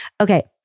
Okay